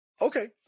okay